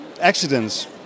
accidents